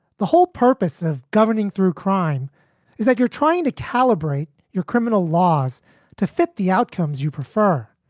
the whole purpose of governing through crime is that you're trying to calibrate your criminal laws to fit the outcomes you prefer,